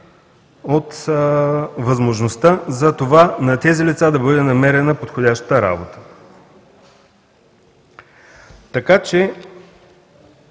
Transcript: и възможността за това на тези лица да бъде намерена подходяща работа.